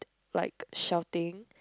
like shouting